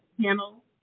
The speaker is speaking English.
panel